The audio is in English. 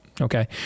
Okay